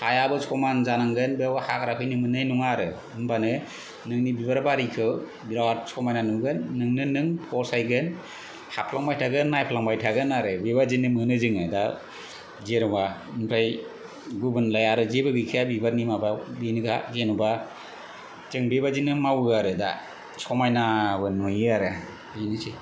हायाबो समान जानांगौ न बेयाव हाग्रा फैनो नङा आरो होमबानो नोंनि बिबार बारिखौ बिरात समायना नुगोन नोंनो नों फसायगोन हाबफ्लांबाय थागोन नायफ्लांबाय थागोन आरो बेबायदिनो मोनो जोङो दा जेनेबा ओमफ्राय गुबुनलाय आरो जेबो गैखाया बिबारनि माबायाव बेनोखा जेनेबा जों बेबायदिनो मावो आरोदा समायनाबो नुयो आरो बेनोसै